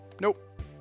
Nope